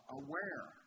aware